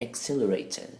exhilarated